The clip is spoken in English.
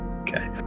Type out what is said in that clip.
Okay